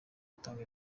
atanga